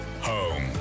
home